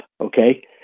okay